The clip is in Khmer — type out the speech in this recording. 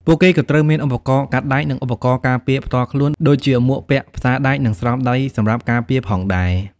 ពួកគេក៏ត្រូវមាន ឧបករណ៍កាត់ដែក និង ឧបករណ៍ការពារផ្ទាល់ខ្លួន ដូចជាមួកពាក់ផ្សារដែកនិងស្រោមដៃសម្រាប់ការពារផងដែរ។